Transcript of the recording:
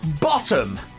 bottom